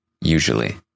Usually